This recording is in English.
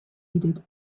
heeded